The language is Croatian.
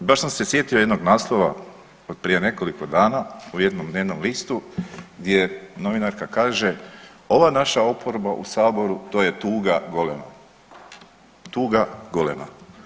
Baš sam se sjetio jednog naslova od prije nekoliko dana u jednom dnevnom listu gdje novinarka kaže ova naša oporba u Saboru to je tuga golema, tuga golema.